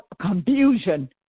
confusion